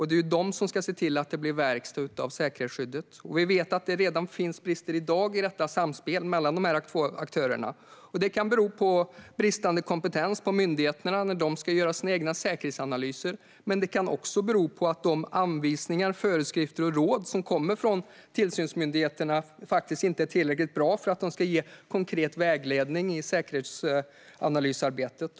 Det är de som ska se till att det blir verkstad av säkerhetsskyddet. Vi vet att det redan i dag finns brister i samspelet mellan de här två aktörerna. Det kan bero på bristande kompetens på myndigheterna när de ska göra sina egna säkerhetsanalyser, men det kan också bero på att de anvisningar, föreskrifter och råd som kommer från tillsynsmyndigheterna faktiskt inte är tillräckligt bra för att ge konkret vägledning i säkerhetsanalysarbetet.